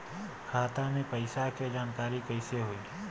खाता मे पैसा के जानकारी कइसे होई?